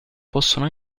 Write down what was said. possono